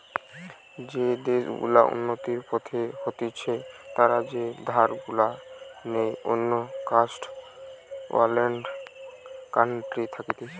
যেই দেশ গুলা উন্নতির পথে হতিছে তারা যে ধার গুলা নেই অন্য ফার্স্ট ওয়ার্ল্ড কান্ট্রি থাকতি